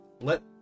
Let